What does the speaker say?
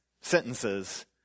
sentences